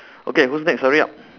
okay whose next hurry up